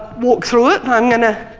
walk through it. i'm gonna